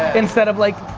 instead of like,